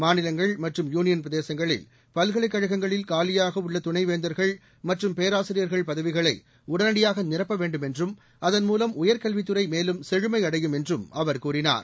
மாநிலங்கள் மற்றும் யுனியன் பிரதேசங்களில் பல்கலைக்கழகங்களில் காலியாக துணைவேந்தா்கள் மற்றும் பேராசிரியர் பதவிகளை உடனடியாக நிரப்ப வேண்டுமென்றும் அதன் மூலம் உயர்கல்வித்துறை மேலும் செழுமையடையும் என்றம் அவர் கூறினார்